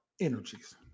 energies